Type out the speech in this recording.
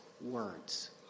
words